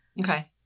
okay